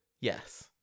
Yes